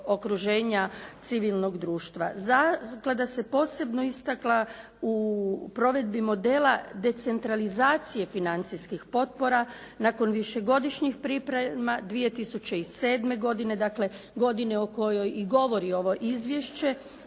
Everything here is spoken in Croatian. civilnog društva. Zaklada se posebno istakla u provedbi modela decentralizacije financijskih potpora. Nakon višegodišnjih priprema 2007. godine dakle godine o kojoj i govori ovo izvješće